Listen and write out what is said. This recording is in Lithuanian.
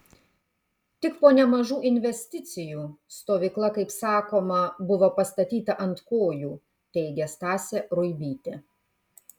tik po nemažų investicijų stovykla kaip sakoma buvo pastatyta ant kojų teigė stasė ruibytė